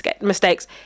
mistakes